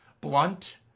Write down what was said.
blunt